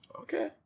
Okay